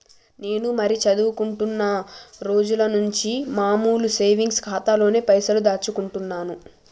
నేను మరీ చదువుకుంటున్నా రోజుల నుంచి మామూలు సేవింగ్స్ ఖాతాలోనే పైసలు దాచుకుంటున్నాను